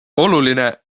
oluline